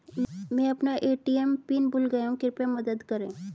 मैं अपना ATM pin भूल गया हूँ कृपया मदद करें